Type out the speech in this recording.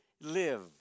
live